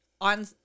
on